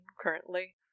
currently